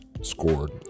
scored